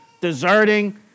deserting